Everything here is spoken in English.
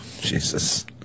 Jesus